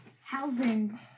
housing